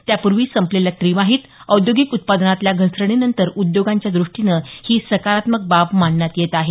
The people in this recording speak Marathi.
त्यापूर्वी संपलेल्या त्रिमाहीत औद्योगिक उत्पादनातल्या घसरणीनंतर उद्योगांच्या दृष्टीनं ही सकारात्मक बाब मानण्यात येत आहे